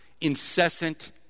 incessant